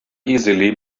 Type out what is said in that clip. easily